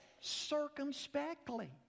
circumspectly